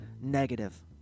negative